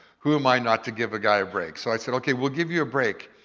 who am i not to give a guy a break? so i said, okay, we'll give you a break.